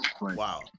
Wow